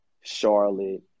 Charlotte